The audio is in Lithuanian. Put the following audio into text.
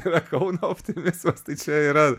yra kauno optimizmas tai čia yra